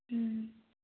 ꯎꯝ